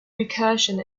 recursion